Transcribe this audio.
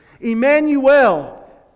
Emmanuel